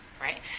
right